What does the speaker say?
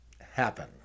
happen